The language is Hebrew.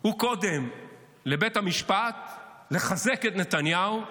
הוא קודם רץ לבית המשפט לחזק את נתניהו,